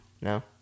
No